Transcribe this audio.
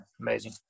amazing